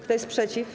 Kto jest przeciw?